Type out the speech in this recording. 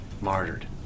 martyred